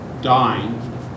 dying